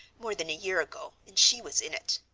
more than a year ago, and she was in it.